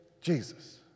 Jesus